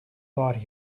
thought